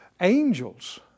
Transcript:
Angels